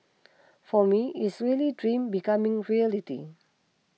for me is really dream becoming reality